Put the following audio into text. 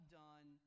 done